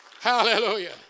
Hallelujah